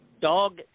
dog